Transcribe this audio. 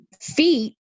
feet